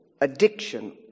addiction